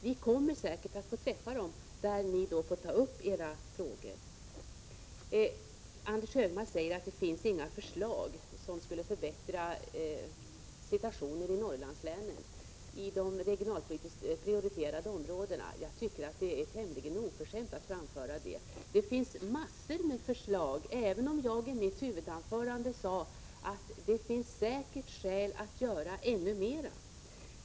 Ni kommer säkert att få träffa dem och ta upp era frågor. Anders G Högmark säger att det inte finns något förslag som skulle förbättra situationen i Norrlandslänen, i de regionalpolitiskt prioriterade områdena. Jag tycker det är nästan oförskämt att framföra något sådant. Det finns massor med förslag, även om jag i mitt huvudanförande sade att det säkert finns skäl att göra ännu mera.